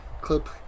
clip